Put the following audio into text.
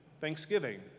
Thanksgiving